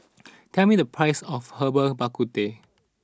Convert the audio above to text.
tell me the price of Herbal Bak Ku Teh